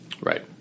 Right